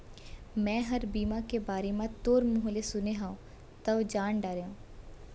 मैंहर बीमा के बारे म तोर मुँह ले सुने हँव तव जान डारेंव